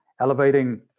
elevating